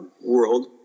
world